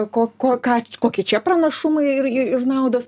ko ko ką kokie čia pranašumai ir ir naudos